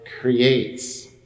creates